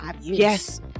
Yes